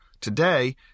Today